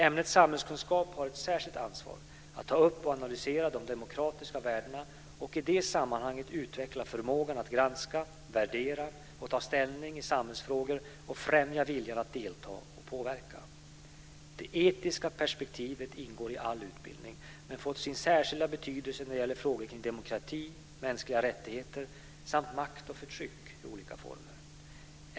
Ämnet samhällskunskap har ett särskilt ansvar att ta upp och analysera de demokratiska värdena och i det sammanhanget utveckla förmågan att granska, värdera och ta ställning i samhällsfrågor och främja viljan att delta och påverka. Det etiska perspektivet ingår i all utbildning men får sin särskilda betydelse när det gäller frågor kring demokrati, mänskliga rättigheter samt makt och förtryck i olika former.